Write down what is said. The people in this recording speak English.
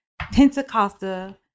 Pentecostal